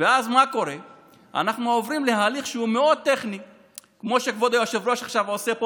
אבל מעבר לשעות האלה ומעבר לכך שכבר הראש לא עובד אחרי 17 שעות,